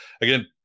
again